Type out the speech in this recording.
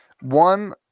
One